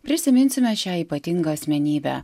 prisiminsime šią ypatingą asmenybę